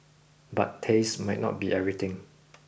but taste might not be everything